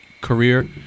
career